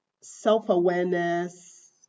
self-awareness